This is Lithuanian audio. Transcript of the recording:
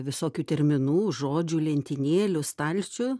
visokių terminų žodžių lentynėlių stalčių